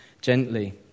gently